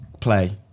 play